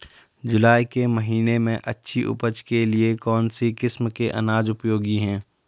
जुलाई के महीने में अच्छी उपज के लिए कौन सी किस्म के अनाज उपयोगी हैं?